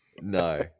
no